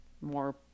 more